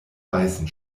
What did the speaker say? weißen